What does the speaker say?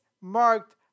marked